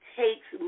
takes